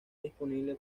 disponible